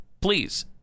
please